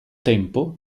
tempo